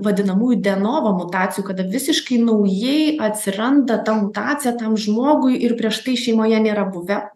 vadinamųjų de novo mutacijų kada visiškai naujai atsiranda ta mutacija tam žmogui ir prieš tai šeimoje nėra buvę